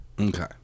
Okay